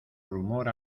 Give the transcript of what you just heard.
rumor